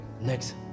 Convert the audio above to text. Next